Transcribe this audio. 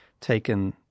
taken